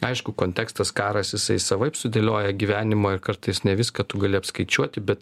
aišku kontekstas karas jisai savaip sudėlioja gyvenimą ir kartais ne viską tu gali apskaičiuoti bet